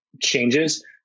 changes